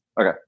Okay